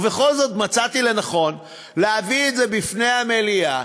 ובכל זאת, מצאתי לנכון להביא את זה בפני המליאה,